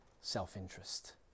self-interest